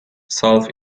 self